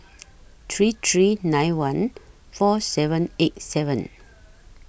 three three nine one four seven eight seven